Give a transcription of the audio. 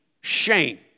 shame